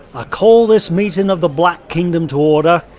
ah call this meeting of the black kingdom to order.